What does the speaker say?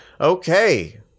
Okay